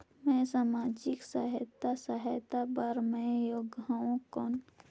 मैं समाजिक सहायता सहायता बार मैं योग हवं कौन?